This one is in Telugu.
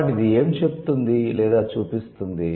కాబట్టి ఇది ఏమి చెప్తోంది లేదా చూపిస్తోంది